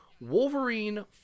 Wolverine